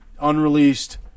unreleased